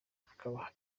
hakaba